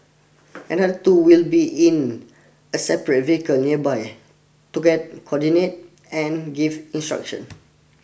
another two will be in a separate vehicle nearby to coordinate and give instruction